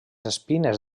espines